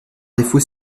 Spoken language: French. défaut